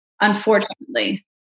unfortunately